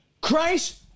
Christ